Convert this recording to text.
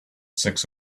six